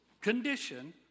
condition